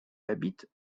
habite